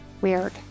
weird